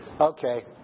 Okay